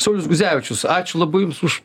saulius guzevičius ačiū labai jums už